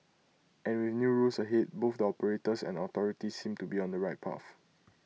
and with new rules ahead both the operators and authorities seem to be on the right path